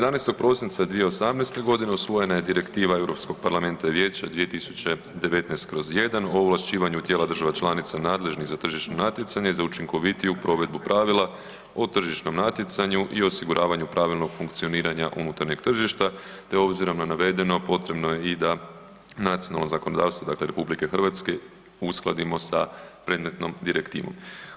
11. prosinca 2018. g. usvojena je Direktiva Europskog parlamenta i Vijeća 2019/1 o ovlašćivanju tijela država članica nadležnih na tržišno natjecanje i za učinkovitiju provedbu pravila o tržišnom natjecanju i osiguravanju pravilnog funkcioniranja unutarnjeg tržišta te obzirom na navedeno, potrebno je i da nacionalno zakonodavstvo, dakle RH uskladimo sa predmetnom direktivom.